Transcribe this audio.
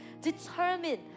determined